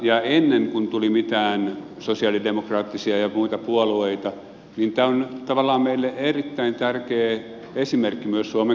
ja ennen kuin tuli mitään sosialidemokraattisia ja muita puolueita niin tämä on tavallaan meille erittäin tärkeä esimerkki myös suomen kokoomukselle